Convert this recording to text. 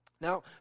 Now